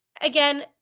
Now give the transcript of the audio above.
Again